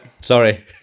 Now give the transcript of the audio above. Sorry